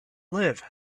live